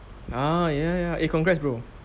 ah ya ya eh congrats bro